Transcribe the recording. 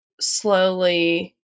slowly